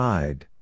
Side